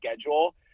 schedule